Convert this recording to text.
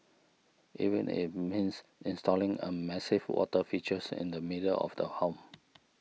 even if means installing a massive water features in the middle of the home